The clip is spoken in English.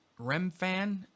Remfan